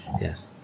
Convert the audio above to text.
Yes